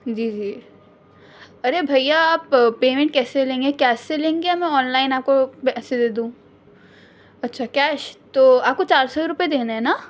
جی جی ارے بھیا آپ پیمنٹ کیسے لیں گے کیس سے لیں گے یا میں آن لائن آپ کو پیسے دے دوں اچھا کیش تو آپ کو چار سو روپئے دینے ہیں نا